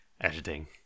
editing